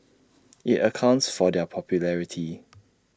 IT accounts for their popularity